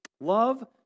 Love